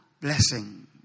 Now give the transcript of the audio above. blessing